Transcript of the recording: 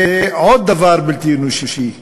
זה עוד דבר בלתי אנושי,